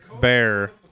Bear